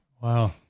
wow